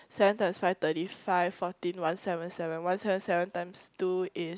seven times five thirty five forteen one seven seven one seven seven times two is